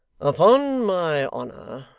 upon my honour,